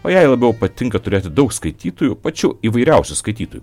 o jai labiau patinka turėti daug skaitytojų pačių įvairiausių skaitytojų